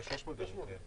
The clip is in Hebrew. יש, יש מודלים.